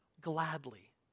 gladly